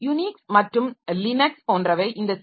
Unix மற்றும் Linux போன்றவை இந்த சி